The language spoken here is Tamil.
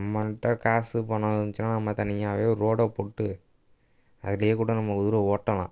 நம்மள்ட்ட காசு பணம் இருந்துச்சுன்னா நம்ம தனியாகவே ஒரு ரோடை போட்டு அதுலேயே கூட நம்ம குதிரை ஓட்டலாம்